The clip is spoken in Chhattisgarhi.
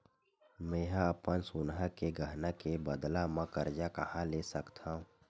मेंहा अपन सोनहा के गहना के बदला मा कर्जा कहाँ ले सकथव?